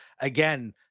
Again